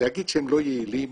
להגיד שהם לא יעילים